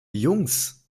jungs